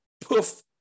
poof